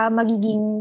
magiging